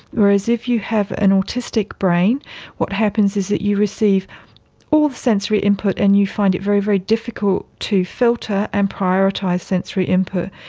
whereas if you have an autistic brain what happens is that you receive all the sensory input and you find it very, very difficult to filter and prioritise sensory input,